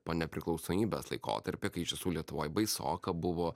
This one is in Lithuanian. po nepriklausomybės laikotarpį kai iš tiesų lietuvoj baisoka buvo